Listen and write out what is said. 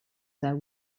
their